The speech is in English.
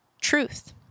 truth